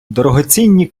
дорогоцінні